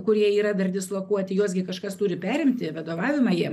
kurie yra dar dislokuoti juos gi kažkas turi perimti vadovavimą jiem